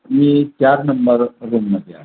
मी चार नंबर रूममध्ये आहे